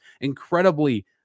incredibly